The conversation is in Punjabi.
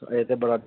ਇਹ ਤਾਂ ਬੜਾ